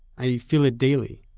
i feel it daily.